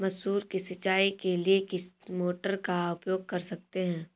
मसूर की सिंचाई के लिए किस मोटर का उपयोग कर सकते हैं?